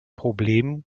problem